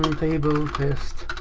table test.